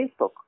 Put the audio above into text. Facebook